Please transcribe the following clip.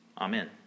Amen